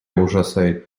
ужасает